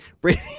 Brady